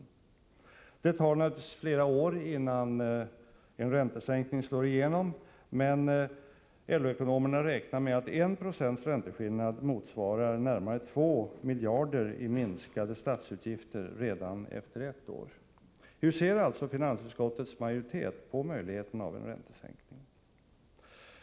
Naturligtvis dröjer det flera år innan effekterna av en räntesänkning slår igenom. Men LO-ekonomerna räknar med att en ränteskillnad på 196 motsvarar närmare 2 miljarder kronor i minskade statsutgifter redan efter ett år. Hur ser då finansutskottets majoritet på möjligheterna till en räntesänkning?